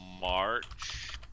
March